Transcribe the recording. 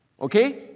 Okay